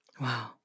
Wow